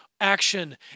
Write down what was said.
action